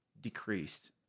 decreased